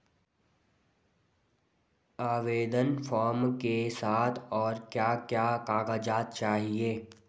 आवेदन फार्म के साथ और क्या क्या कागज़ात चाहिए?